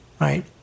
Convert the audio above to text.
right